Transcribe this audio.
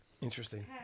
Interesting